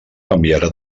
canviarà